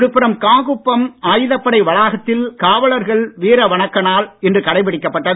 விழுப்புரம் காகுப்பம் ஆயுதப்படை வளாகத்தில் இன்று காவலர்கள் வீர வணக்க நாள் இன்று கடைபிடிக்கப்பட்டது